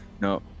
no